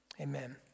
amen